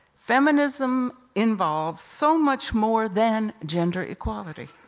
feminism involves so much more than gender equality,